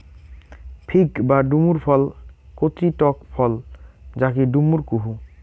fig বা ডুমুর ফল কচি টক ফল যাকি ডুমুর কুহু